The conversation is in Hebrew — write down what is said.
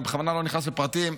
אני בכוונה לא נכנס לפרטים,